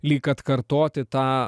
lyg atkartoti tą